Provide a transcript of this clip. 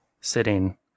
sitting